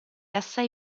assai